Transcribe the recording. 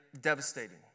devastating